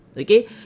okay